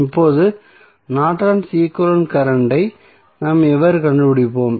இப்போது Norton's equivalent current ஐ நாம் எவ்வாறு கண்டுபிடிப்போம்